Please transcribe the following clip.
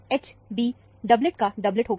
H b doublet का doublet होगा